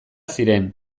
ziren